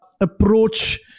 approach